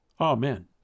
Amen